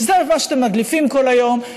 זה מה שאתם מדליפים כל היום,